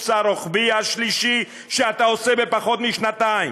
הרוחבי השלישי שאתה עושה בפחות משנתיים.